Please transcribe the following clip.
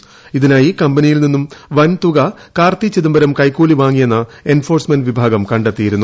് ഇതിനായി കമ്പനിയിൽ നിന്ന് വൻതുക കാർത്തി ചിദംബരം കൈക്കൂലി വാങ്ങിയെന്ന് എൻഫോഴ്സ്മെന്റ് വിഭാഗം കണ്ടെത്തിയിരുന്നു